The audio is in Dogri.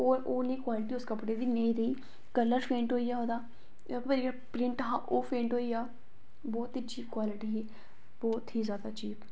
ते ओह् नेही क्वालिटी उस कपड़े दी नेईं रेही कलर फेंट होइया नुहाड़ा इक्क बारी कलर प्रिंट हा ओह् फेंट होई गेआ बहोत ई चीप क्वालिटी ही बहोत ई जादा चीप